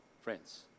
friends